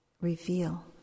reveal